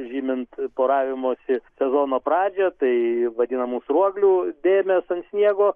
žymint poravimosi sezono pradžią taip vadinamų sruoglių dėmės ant sniego